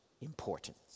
importance